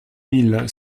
mille